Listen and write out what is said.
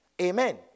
Amen